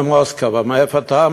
ממוסקבה, מאיפה אתה?